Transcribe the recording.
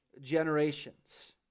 generations